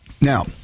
Now